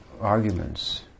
arguments